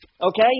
Okay